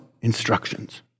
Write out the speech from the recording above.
instructions